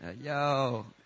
yo